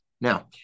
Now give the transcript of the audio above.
Now